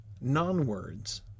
non-words